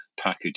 package